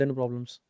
problems